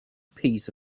piece